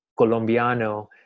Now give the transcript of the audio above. Colombiano